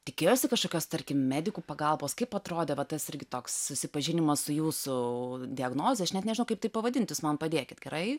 tikėjosi kažkokios tarkim medikų pagalbos kaip atrodė va tas irgi toks susipažinimas su jūsų diagnoze aš net nežinau kaip tai pavadinti jūs man padėkit gerai